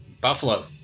buffalo